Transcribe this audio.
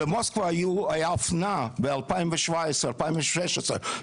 במוסקבה היה אופנה ב-2017, 2018,